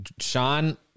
Sean